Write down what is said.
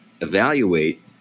evaluate